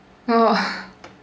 oh